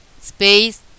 space